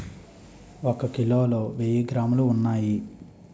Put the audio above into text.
ఒక కిలోలో వెయ్యి గ్రాములు ఉన్నాయి